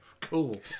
cool